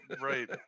Right